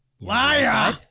liar